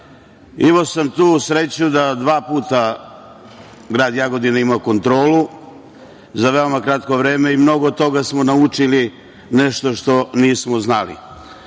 rade. Imao sam tu sreću da dva puta grad Jagodina ima kontrolu za veoma kratko vreme i mnogo toga smo naučili nešto što nismo znali,